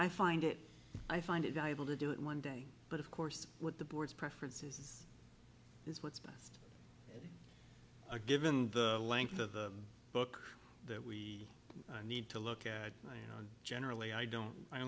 find it i find it valuable to do it one day but of course what the board's preferences is what's best given the length of the book that we need to look at you know generally i don't i